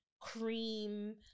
cream